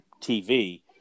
TV